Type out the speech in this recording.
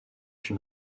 une